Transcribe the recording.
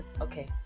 Okay